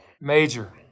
Major